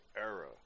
era